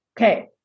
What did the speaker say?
Okay